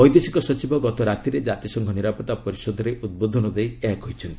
ବୈଦେଶିକ ସଚିବ ଗତ ରାତିରେ ଜାତିସଂଘ ନିରାପତ୍ତା ପରିଷଦରେ ଉଦ୍ବୋଧନ ଦେଇ ଏହା କହିଛନ୍ତି